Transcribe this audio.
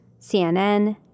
CNN